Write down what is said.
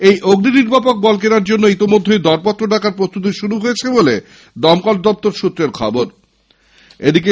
এই অগ্নিনার্বাপক বল কেনার জন্যে ইতিমধ্যেই দরপত্র ডাকার প্রস্তুতি শুরু হয়েছে বলে দপ্তর সূত্রে জানা গিয়েছে